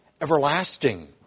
everlasting